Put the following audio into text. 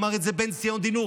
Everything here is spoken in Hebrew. אמר את זה בן-ציון דינור.